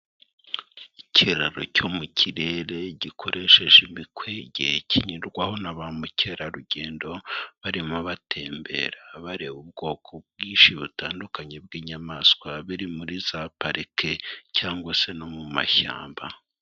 Ikiraro cyo mu kirere gikoresheje imikwege kinyurwaho na ba mukerarugendo, barimo batembera bareba ubwoko bwinshi butandukanye bw'inyamaswa biri muri za parike cyangwa se no mu mashyamba.